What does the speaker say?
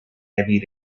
heavy